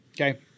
Okay